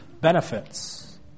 benefits